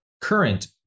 current